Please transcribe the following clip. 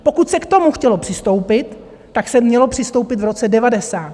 Pokud se k tomu chtělo přistoupit, tak se mělo přistoupit v roce devadesát.